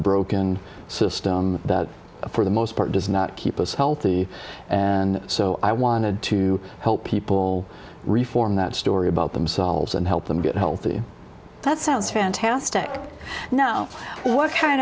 broken system that for the most part does not keep us healthy and so i wanted to help people reform that story about themselves and help them get healthy that sounds fantastic now what kind